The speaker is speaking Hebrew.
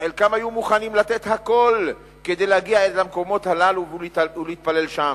שחלקם היו מוכנים לתת הכול כדי להגיע אל המקומות הללו ולהתפלל שם.